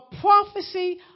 prophecy